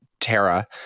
Terra